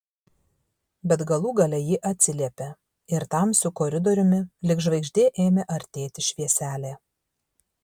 bet galų gale ji atsiliepė ir tamsiu koridoriumi lyg žvaigždė ėmė artėti švieselė